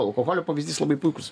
alkoholio pavyzdys labai puikus